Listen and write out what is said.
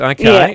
Okay